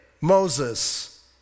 Moses